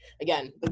again